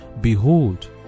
Behold